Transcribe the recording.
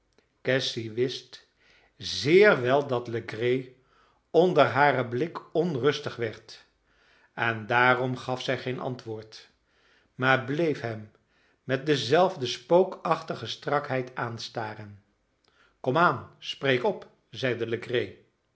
cassy wist zeer wel dat legree onder haren blik onrustig werd en daarom gaf zij geen antwoord maar bleef hem met dezelfde spookachtige strakheid aanstaren kom aan spreek op